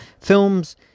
films